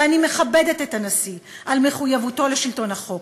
אני מכבדת את הנשיא על מחויבותו לשלטון החוק,